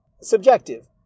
subjective